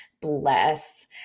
Bless